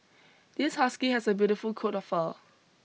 this husky has a beautiful coat of fur